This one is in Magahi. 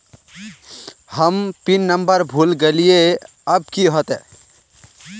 हम पिन नंबर भूल गलिऐ अब की होते?